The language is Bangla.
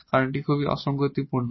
কারণ এটি এখন অসঙ্গতিপূর্ণ